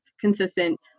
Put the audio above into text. consistent